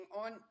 on